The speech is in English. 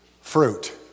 fruit